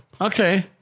Okay